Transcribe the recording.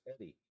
Eddie